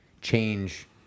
change